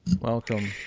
welcome